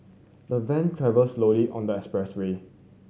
the van travelled slowly on the expressway